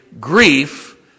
Grief